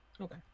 Okay